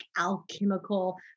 alchemical